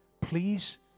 please